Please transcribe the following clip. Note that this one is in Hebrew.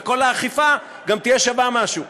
וכל האכיפה גם תהיה שווה משהו.